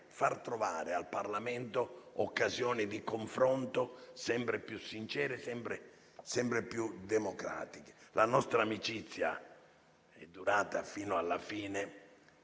far trovare al Parlamento occasioni di confronto sempre più sincere e democratiche. La nostra amicizia è durata fino alla fine.